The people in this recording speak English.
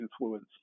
influence